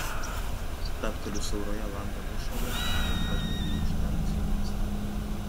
stabteliu siauroje lango nišoje ir pažvelgiu į užtemusį miestą